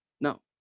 No